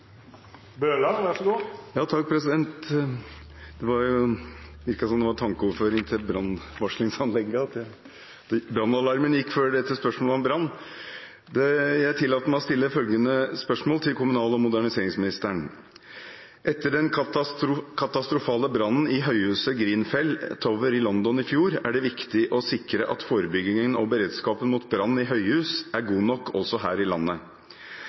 Det virker som om det var tankeoverføring til brannvarslingsanlegget når brannalarmen gikk før dette spørsmålet om brann! Jeg tillater meg å stille følgende spørsmål til kommunal- og moderniseringsministeren: «Etter den katastrofale brannen i høyhuset Grenfell Tower i London i fjor er det viktig å sikre at forebyggingen og beredskapen mot brann i høyhus er god nok også her i landet.